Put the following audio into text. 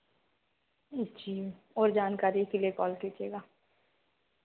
जी और जानकारी के लिए कॉल कीजिएगा